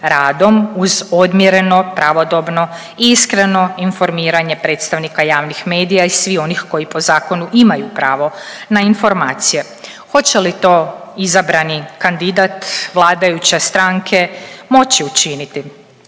radom uz odmjereno, pravodobno i iskreno informiranje predstavnika javnih medija i svih onih koji po zakonu imaju pravo na informacije. Hoće li to izabrani kandidat vladajuće stranke moći učiniti?